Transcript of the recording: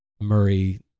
Murray